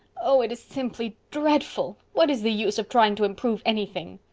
oh, it is simply dreadful! what is the use of trying to improve anything?